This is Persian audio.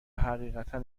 حقیقتا